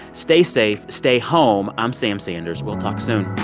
stay safe. stay home. i'm sam sanders. we'll talk soon